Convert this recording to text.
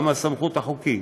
גם סמכות חוקית,